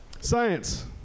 Science